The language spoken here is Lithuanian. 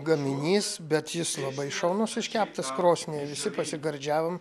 gaminys bet jis labai šaunus iškeptas krosny visi pasigardžiavom